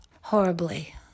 horribly